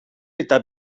eta